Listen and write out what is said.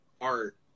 art